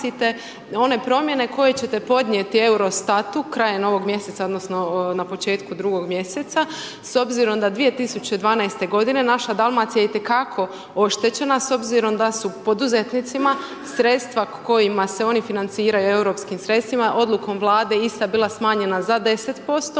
one promjene koje će te podnijeti Eurostatu krajem ovog mjeseca odnosno na početku drugog mjeseca, s obzirom da 2012. godina naša Dalmacija itekako oštećena s obzirom da su poduzetnicima sredstva kojima se oni financiraju, europskim sredstvima, odlukom Vlade ista bila smanjena za 10%,